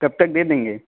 کب تک دے دیں گے